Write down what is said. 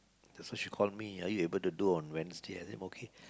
so she call me are you able to do Wednesday I say okay